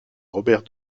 robert